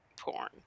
porn